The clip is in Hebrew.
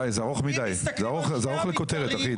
די, זה ארוך מדי, זה ארוך לכותרת, אחי.